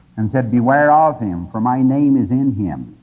and said, beware ah of him for my name is in him.